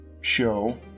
show